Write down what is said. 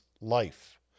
life